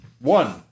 One